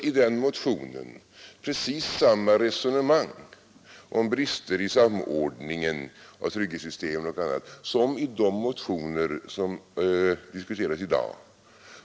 I den motionen förs precis samma resonemang om brister i samordningen av trygghetssystem och annat som i de motioner som diskuteras i dag.